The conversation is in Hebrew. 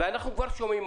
וכבר היום אנחנו שומעים